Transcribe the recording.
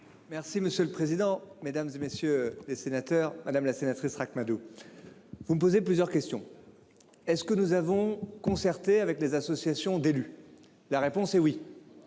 Merci monsieur le président, Mesdames, et messieurs les sénateurs, madame la sénatrice Ract-Madoux. Vous poser plusieurs questions. Est ce que nous avons concerté avec les associations d'élus. La réponse est oui.